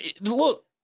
look